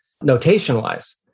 notation-wise